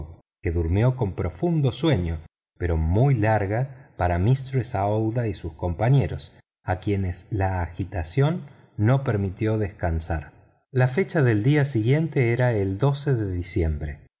que durmió con profundo sueño pero muy larga para mistress aouida y sus compañeros a quienes la agitación no permitió descansar la fecha del día siguiente era el de diciembre